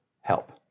help